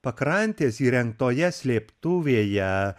pakrantės įrengtoje slėptuvėje